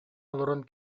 олорон